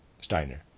Steiner